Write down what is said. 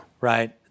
right